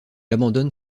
abandonne